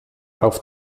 auf